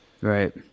right